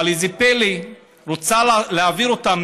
אבל איזה פלא: היא רוצה להעביר אותם,